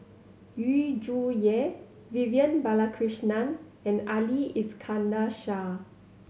Yu Zhuye Vivian Balakrishnan and Ali Iskandar Shah